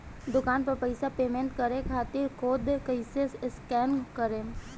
दूकान पर पैसा पेमेंट करे खातिर कोड कैसे स्कैन करेम?